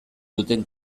duten